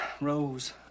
Rose